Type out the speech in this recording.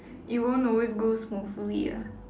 it won't always go smoothly ah